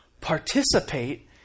participate